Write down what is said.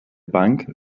bank